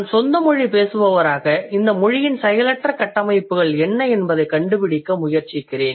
நான் சொந்தமொழி பேசுபவராக இந்த மொழியின் செயலற்ற கட்டமைப்புகள் என்ன என்பதைக் கண்டுபிடிக்க முயற்சிக்கிறேன்